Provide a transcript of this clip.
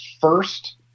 first